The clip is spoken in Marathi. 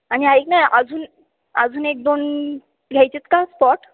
आणि ऐक ना अजून अजून एक दोन घ्यायचे आहेत का स्पॉट